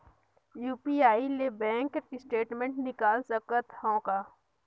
UPI ले bank statement निकाल सकत हवं का?